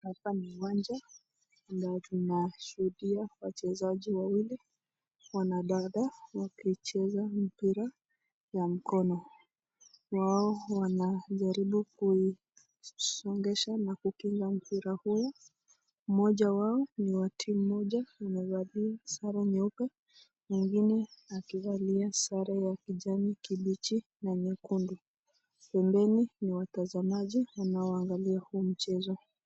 Hapa ni uwanja, ambayo tunashuhudia wachezaji wawili wanadada wakicheza mpira ya mkono wao wanajaribu kusongesha na kukinga mpira huo, mmoja wao ni wa timu moja aliyevalia sare nyeupe na mwingine kaivalia sare ya kijani kibichi na nyekundu, pembeni ni watazamaji wanaongalia huu mchezo.